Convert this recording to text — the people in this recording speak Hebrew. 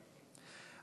השמים…".